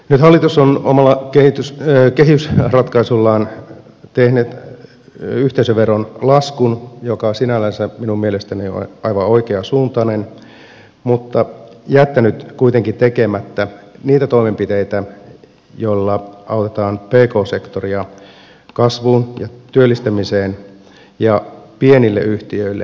nyt hallitus on omalla kehysratkaisullaan tehnyt yhteisöveron laskun joka sinällänsä minun mielestäni on aivan oikean suuntainen mutta jättänyt kuitenkin tekemättä niitä toimenpiteitä joilla autetaan pk sektoria kasvuun ja työllistämiseen